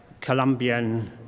Colombian